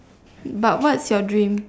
but what's your dream